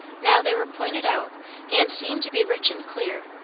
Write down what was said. now they were pointed out and seen to be rich and clear,